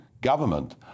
government